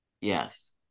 Yes